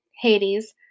Hades